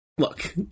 Look